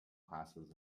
classes